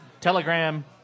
Telegram